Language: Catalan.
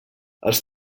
els